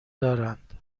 دارند